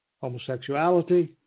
Homosexuality